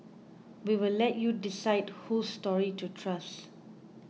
we'll let you decide whose story to trust